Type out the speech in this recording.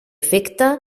efecte